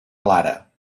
clara